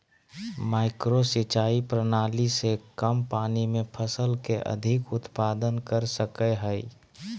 micro सिंचाई प्रणाली से कम पानी में फसल के अधिक उत्पादन कर सकय हइ